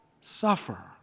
suffer